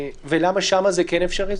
למה שם זה כן אפשרי?